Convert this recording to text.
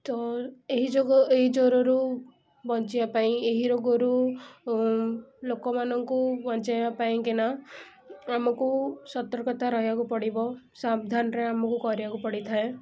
ତ ଏହି ଯୋଗୁଁ ଏହି ଜ୍ୱରରୁ ବଞ୍ଚିବା ପାଇଁ ଏହି ରୋଗରୁ ଲୋକମାନଙ୍କୁ ବଞ୍ଚାଇବା ପାଇଁ କିନା ଆମକୁ ସତର୍କତା ରହିବାକୁ ପଡ଼ିବ ସାବଧାନରେ ଆମକୁ କରିବାକୁ ପଡ଼ିଥାଏ